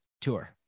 tour